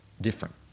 different